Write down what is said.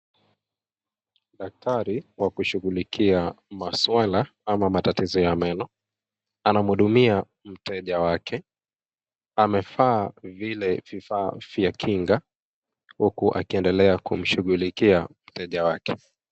Daktari wakushughulikia maswala ama matatizo ya meno. Anamhudumia mteja wake. Amevaa vile vifaa vya kinga, huku akiendelea kumshughulikia mteja wake.